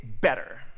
better